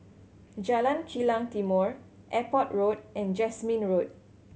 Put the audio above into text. Jalan Kilang Timor Airport Road and Jasmine Road